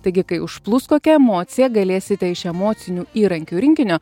taigi kai užplūs kokia emocija galėsite iš emocinių įrankių rinkinio